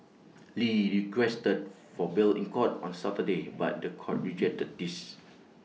lee requested for bail in court on Saturday but The Court rejected this